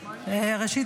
ראשית,